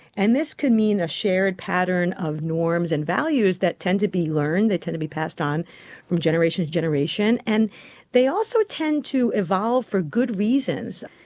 and this could mean a shared pattern of norms and values that tend to be learned, they tend to be passed on from generation to generation, and they also tend to evolve for good reasons.